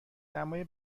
دمای